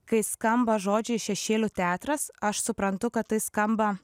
kai skamba žodžiai šešėlių teatras aš suprantu kad tai skamba